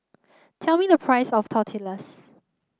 tell me the price of Tortillas